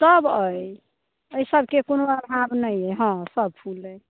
सब अऽइ अइ सबके कोनो अभाव नहि अइ हँ सब फूल अइ